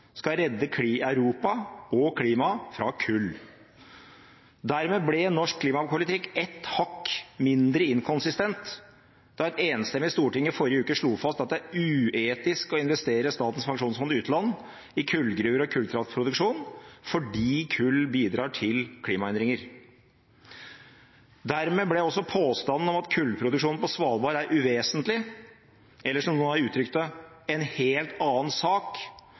skal redde Europa og klimaet fra kull. Dermed ble norsk klimapolitikk ett hakk mindre inkonsistent da et enstemmig storting i forrige uke slo fast at det er uetisk å investere Statens pensjonsfond utland i kullgruver og kullkraftproduksjon, fordi kull bidrar til klimaendringer. Dermed ble også påstanden om at kullproduksjonen på Svalbard er uvesentlig – eller som noen har uttrykt det: en helt annen sak